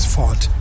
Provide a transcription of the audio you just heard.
fought